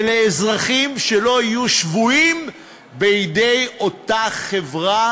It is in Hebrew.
ולאזרחים שלא יהיו שבויים בידי אותה חברה